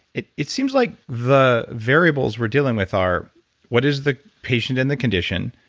it it seems like the variables we're dealing with are what is the patient and the condition,